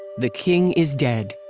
the king is dead.